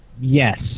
Yes